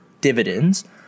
dividends